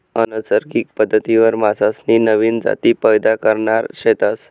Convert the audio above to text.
अनैसर्गिक पद्धतवरी मासासनी नवीन जाती पैदा करणार शेतस